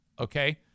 Okay